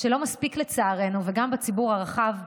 וגם הציבור הרחב,